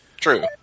True